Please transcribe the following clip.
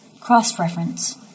Cross-reference